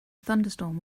thunderstorm